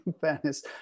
fairness